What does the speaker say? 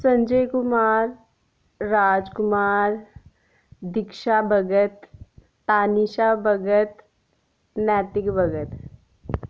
Sanjay Kumar Raj Kumar Diksha Bhagat Tanisha Bhagat Naitik Bhagat